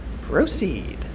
Proceed